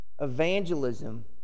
evangelism